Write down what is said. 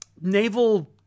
naval